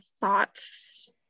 thoughts